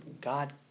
God